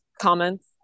comments